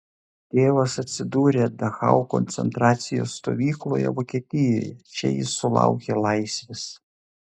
tėvas atsidūrė dachau koncentracijos stovykloje vokietijoje čia jis sulaukė laisvės